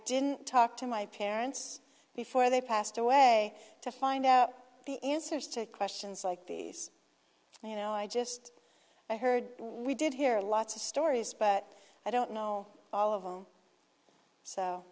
didn't talk to my parents before they passed away to find out the answers to questions like these and you know i just i heard we did hear lots of stories but i don't know all of them so